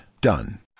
Done